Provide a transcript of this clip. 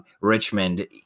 Richmond